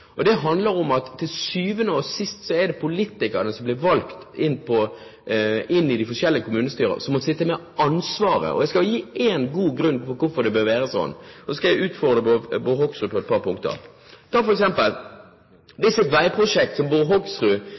for. Det handler om at til sjuende og sist er det politikerne som blir valgt inn i de forskjellige kommunestyrer, som må sitte med ansvaret. Jeg skal gi én god grunn for hvorfor det bør være sånn. Da skal jeg utfordre Bård Hoksrud på et par punkter. For eksempel: Hvis et veiprosjekt som